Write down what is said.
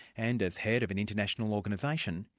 and as head of an international organisation,